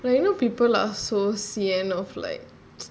well you know people are so sian of like